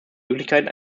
möglichkeit